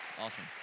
Awesome